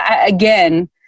again